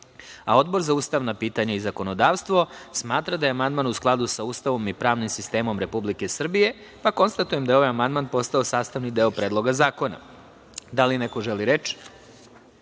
a Odbor za ustavna pitanja i zakonodavstvo smatra da je amandman u skladu sa Ustavom i pravnim sistemom Republike Srbije. Konstatujem da je ovaj amandman postao sastavni deo Predloga zakona. Da li neko želi reč?